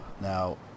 Now